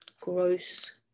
Gross